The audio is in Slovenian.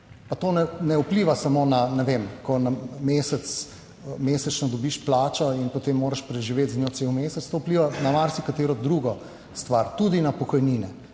to ne vpliva samo na, ne vem, ko na mesec, mesečno dobiš plačo in potem moraš preživeti z njo cel mesec, to vpliva na marsikatero drugo stvar, tudi na pokojnine,